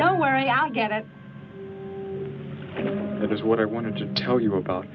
don't worry i'll get it that is what i wanted to tell you about